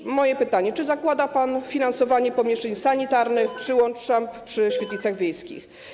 I moje pytanie: Czy zakłada pan finansowanie pomieszczeń sanitarnych, przyłącz szamb przy świetlicach wiejskich?